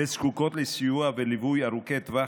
וזקוקות לסיוע וליווי ארוכי טווח,